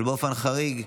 אבל באופן חריג,